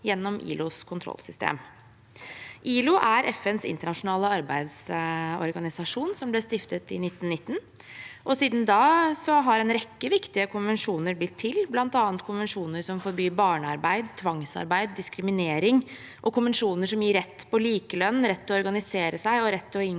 ILO er FNs internasjonale arbeidsorganisasjon, som ble stiftet i 1919. Siden da har en rekke viktige konvensjoner blitt til, bl.a. konvensjoner som forbyr barnearbeid, tvangsarbeid og diskriminering, og konvensjoner som gir rett på likelønn, rett til å organisere seg og rett til å inngå